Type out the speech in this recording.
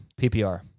PPR